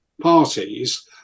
parties